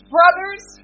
Brothers